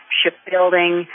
shipbuilding